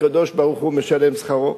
הקדוש-ברוך-הוא משלם שכרו.